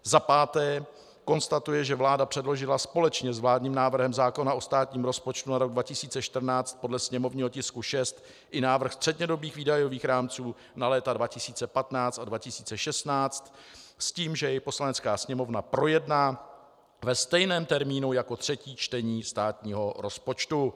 V. konstatuje, že vláda předložila společně s vládním návrhem zákona o státním rozpočtu na rok 2014 podle sněmovního tisku 6 i návrh střednědobých výdajových rámců na léta 2015 a 2016 s tím, že jej Poslanecká sněmovna projedná ve stejném termínu jako třetí čtení státního rozpočtu.